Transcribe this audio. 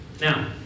Now